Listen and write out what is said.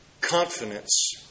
confidence